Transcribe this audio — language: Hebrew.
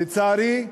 לצערי,